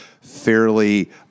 fairly